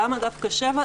למה דווקא שבע?